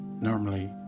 Normally